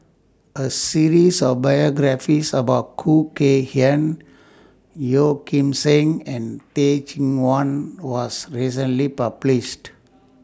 A series of biographies about Khoo Kay Hian Yeo Kim Seng and Teh Cheang Wan was recently published